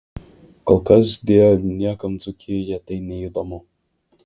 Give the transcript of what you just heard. kol kas deja niekam dzūkijoje tai neįdomu